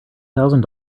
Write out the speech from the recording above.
thousand